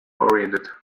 oriented